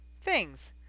things